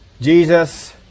Jesus